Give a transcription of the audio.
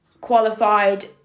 qualified